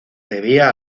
debía